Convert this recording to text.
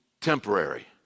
Temporary